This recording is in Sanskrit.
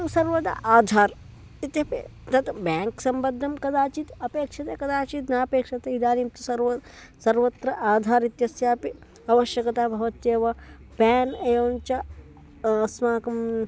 सर्वदा आधार् इत्यपि तद् ब्याङ्क् सम्बद्धं कदाचित् अपेक्ष्यते कदाचित् न अपेक्ष्यते इदानीं सर्वत्र सर्वत्र आधार् इत्यस्यापि अवश्यकता भवत्येव प्यान् एवं च अस्माकं